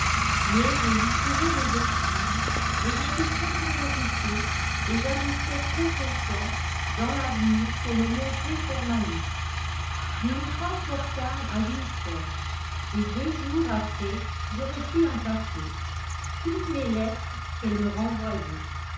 mais je lui trouvai des excuses et j'étais trop préoccupé et j'ajouterai trop confiant dans l'avenir pour me montrer formaliste nous nous transportâmes à windsor et deux jours après je reçus un paquet toutes mes lettres qu'elle me renvoyait